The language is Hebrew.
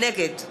נגד